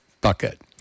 bucket